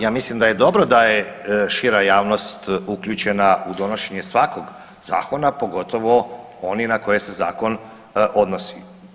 Ja mislim da je dobro da je šira javnost uključena u donošenje svakog zakona, pogotovo oni na koje se zakon odnosi.